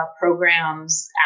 programs